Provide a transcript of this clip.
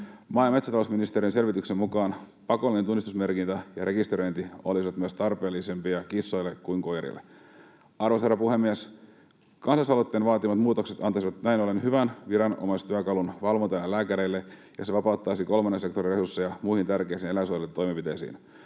Maa- ja metsätalousministeriön selvityksen mukaan pakollinen tunnistusmerkintä ja rekisteröinti olisivat myös tarpeellisempia kissoille kuin koirille. Arvoisa herra puhemies! Kansalaisaloitteen vaatimat muutokset antaisivat näin ollen hyvän viranomaistyökalun valvontaan ja lääkäreille, ja se vapauttaisi kolmannen sektorin resursseja muihin tärkeisiin eläinsuojelutoimenpiteisiin.